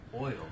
oil